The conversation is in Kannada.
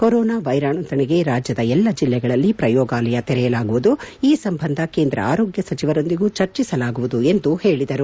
ಕೊರೊನಾ ವೈರಾಣು ತಡೆಗೆ ರಾಜ್ಯದ ಎಲ್ಲಾ ಜಿಲ್ಲೆಗಳಲ್ಲಿ ಪ್ರಯೋಗಾಲಯ ತೆರೆಯಲಾಗುವುದು ಈ ಸಂಬಂಧ ಕೇಂದ್ರ ಆರೋಗ್ಗ ಸಚಿವರೊಂದಿಗೂ ಚರ್ಚಿಸಲಾಗುವುದು ಎಂದು ಹೇಳದರು